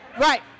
Right